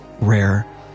rare